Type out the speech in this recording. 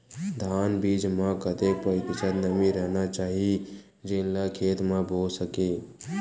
धान बीज म कतेक प्रतिशत नमी रहना चाही जेन ला खेत म बो सके?